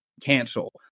cancel